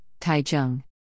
Taichung